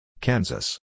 Kansas